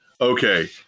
Okay